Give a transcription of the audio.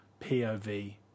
POV